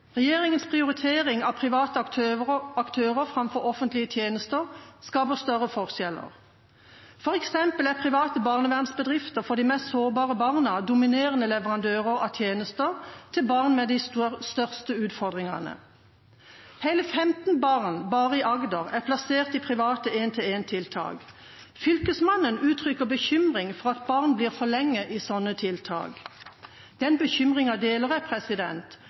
Regjeringas prioritering av private aktører framfor offentlige tjenester skaper større forskjeller. For eksempel er private barnevernsbedrifter for de mest sårbare barna dominerende leverandører av tjenester til barn med de største utfordringene. Hele 15 barn bare i Agder er plassert i private en-til-en-tiltak. Fylkesmannen uttrykker bekymring for at barn blir for lenge i slike tiltak. Den bekymringen deler